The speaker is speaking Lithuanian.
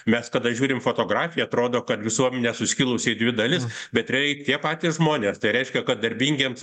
mes kada žiūrim fotografiją atrodo kad visuomenė suskilusi į dvi dalis bet rei tie patys žmonės tai reiškia kad darbingiems